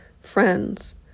friends